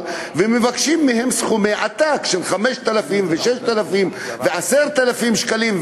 ומבקשים מהם סכומי עתק של 5,000 ו-6,000 ו-10,000 שקלים,